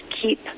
keep